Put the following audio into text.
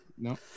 No